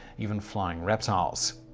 even flying reptiles.